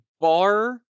bar